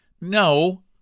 No